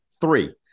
three